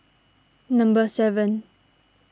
number seven